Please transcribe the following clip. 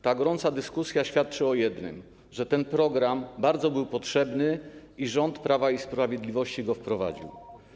Ta gorąca dyskusja świadczy o jednym, że ten program był bardzo potrzebny, a rząd Prawa i Sprawiedliwości go wprowadził.